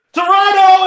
Toronto